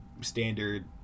standard